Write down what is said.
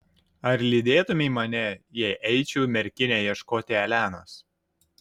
ar lydėtumei mane jei eičiau į merkinę ieškoti elenos